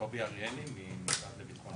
קובי אריאלי מהמשרד לביטחון לאומי.